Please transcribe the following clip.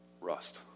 rust